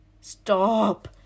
stop